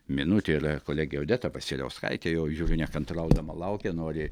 minutė yra kolegė odeta vasiliauskaitė jau žiūriu nekantraudama laukia nori